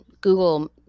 Google